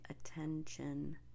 attention